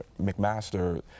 McMaster